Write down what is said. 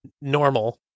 normal